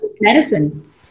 medicine